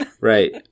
right